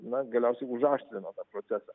na galiausiai užaštrino tą procesą